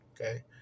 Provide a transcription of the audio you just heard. okay